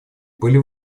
были